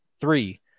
Three